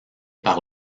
par